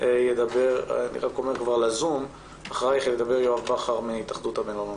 ידבר יואב בכר מהתאחדות המלונות.